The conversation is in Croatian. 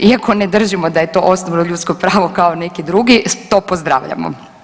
Iako ne držimo da je to osnovno ljudsko pravo kao neki drugi to pozdravljamo.